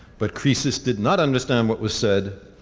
but croesus did not understand what was said,